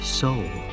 soul